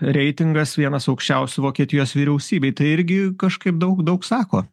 reitingas vienas aukščiausių vokietijos vyriausybėj tai irgi kažkaip daug daug sako